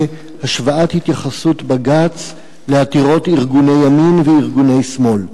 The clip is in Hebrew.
השוואת התייחסות בג"ץ לעתירות ארגוני ימין וארגוני שמאל.